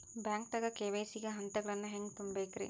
ಬ್ಯಾಂಕ್ದಾಗ ಕೆ.ವೈ.ಸಿ ಗ ಹಂತಗಳನ್ನ ಹೆಂಗ್ ತುಂಬೇಕ್ರಿ?